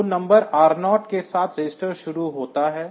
तो number R0 के साथ रजिस्टर शुरू होता है